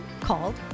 called